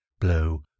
blow